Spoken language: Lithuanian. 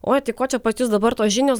oi tai ko čia pas jus dabar tos žinios